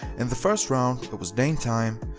in the first round it was dame time.